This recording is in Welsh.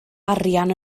arian